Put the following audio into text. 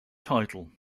title